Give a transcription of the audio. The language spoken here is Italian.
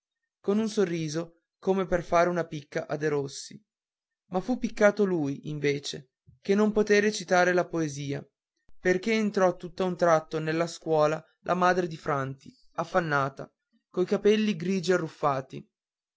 con un sorriso come per fare una picca a derossi ma fu piccato lui invece che non poté recitare la poesia perché entrò tutt'a un tratto nella scuola la madre di franti affannata coi capelli grigi arruffati